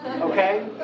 Okay